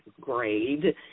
grade